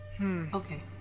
okay